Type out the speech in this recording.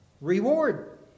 reward